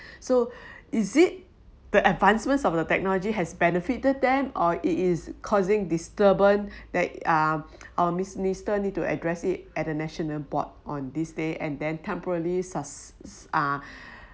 so is it the advancements of the technology has benefited them or it is causing disturbance that uh our minister need to address it at a national board on this day and then temporarily sus~ uh